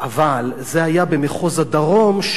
אבל זה היה במחוז הדרום,